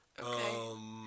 Okay